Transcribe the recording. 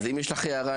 אז אם יש לך הערה,